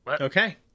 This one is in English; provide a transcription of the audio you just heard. Okay